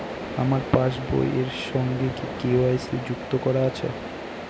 আমার পাসবই এর সঙ্গে কি কে.ওয়াই.সি যুক্ত করা আছে?